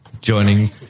joining